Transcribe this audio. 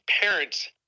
parents